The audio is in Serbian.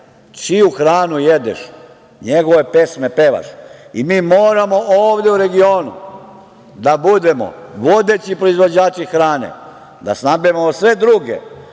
čiju hranu jedeš, njegove pesme pevaš. Mi moramo ovde u regionu da budemo vodeći proizvođači hrane, da snabdevamo sve druge